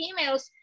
emails